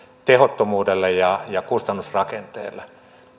tehottomuuteen ja kustannusrakenteeseen